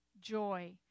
joy